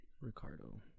ricardo